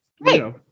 Right